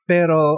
Pero